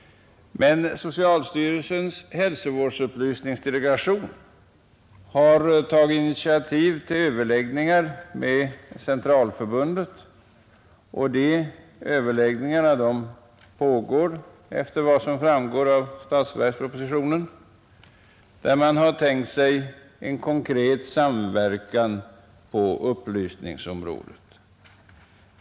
Socialstyrelsens hälsovårdsupplysningsdelegation har emellertid tagit initiativ till överläggningar med Centralförbundet för alkoholoch narkotikaupplysning. Enligt vad som framgår av statsverkspropositionen pågår dessa överläggningar och man har tänkt sig en konkret samverkan på upplysningsområdet.